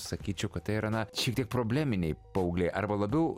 sakyčiau kad tai yra na šiek tiek probleminiai paaugliai arba labiau